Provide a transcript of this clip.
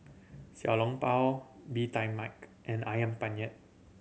Xiao Long Bao Bee Tai Mak and Ayam Penyet